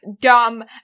dumb